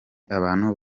abantu